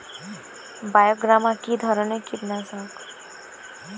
বায়োগ্রামা কিধরনের কীটনাশক?